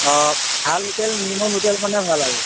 অ ভাল হোটেল নিৰ্মল হোটেলখনে ভাল আৰু